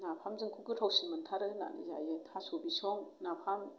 नाफामजोंखौ गोथावसिन मोनथारो होननानै जायो थास' बिसं नाफाम